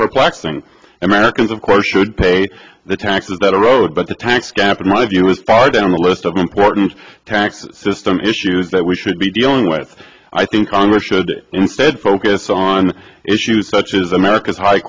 perplexing americans of course should pay the taxes that are owed but the tax gap in my view is far down the list of important tax system issues that we should be dealing with i think congress should instead focus on issues such as america's high